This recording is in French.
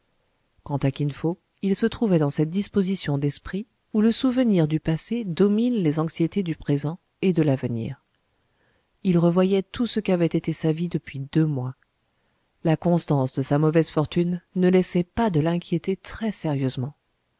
kin fo il se trouvait dans cette disposition d'esprit où le souvenir du passé domine les anxiétés du présent et de l'avenir il revoyait tout ce qu'avait été sa vie depuis deux mois la constance de sa mauvaise fortune ne laissait pas de l'inquiéter très sérieusement